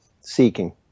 seeking